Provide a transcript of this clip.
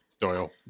doyle